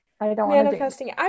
manifesting